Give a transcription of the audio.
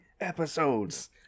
episodes